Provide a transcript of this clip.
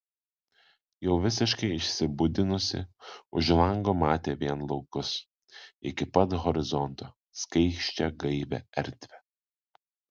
jau visiškai išsibudinusi už lango matė vien laukus iki pat horizonto skaisčią gaivią erdvę